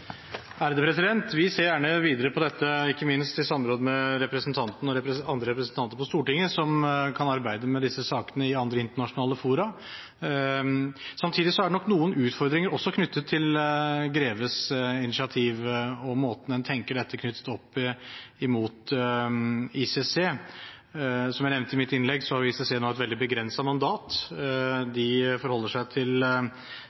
Stortinget som kan arbeide med disse sakene i andre internasjonale fora. Samtidig er det nok noen utfordringer også knyttet til Greves initiativ og måten en tenker dette knyttet opp imot ICC på. Som jeg nevnte i mitt innlegg, har ICC nå et veldig begrenset mandat. De forholder seg til